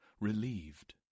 relieved